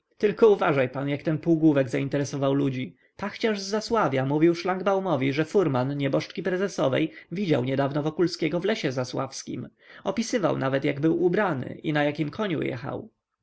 tylko uważaj pan jak ten półgłówek zainteresował ludzi pachciarz z zasławka mówił szlangbaumowi że furman nieboszczki prezesowej widział niedawno wokulskiego w lesie zasławskim opisywał nawet jak był ubrany i na jakim koniu jechał